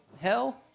hell